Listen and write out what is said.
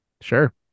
Sure